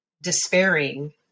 despairing